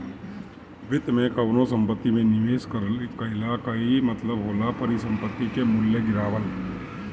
वित्त में कवनो संपत्ति में निवेश कईला कअ मतलब होला परिसंपत्ति के मूल्य गिरावल